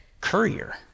courier